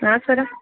ಹಾಂ ಸರ